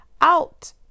out